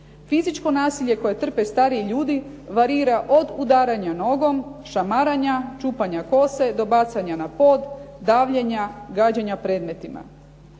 Fizičko nasilje koje trpe stariji ljudi varira od udaranja nogom, šamaranja, čupanja kose do bacanja na pod, davljenja, gađanja predmetima.